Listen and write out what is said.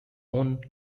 own